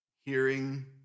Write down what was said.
hearing